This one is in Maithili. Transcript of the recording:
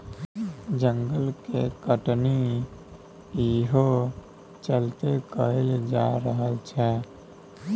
जंगल के कटनी इहो चलते कएल जा रहल छै